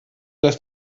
dass